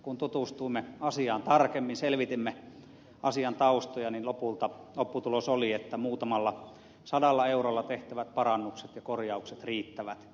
kun tutustuimme asiaan tarkemmin selvitimme asian taustoja niin lopulta lopputulos oli että muutamalla sadalla eurolla tehtävät parannukset ja korjaukset riittävät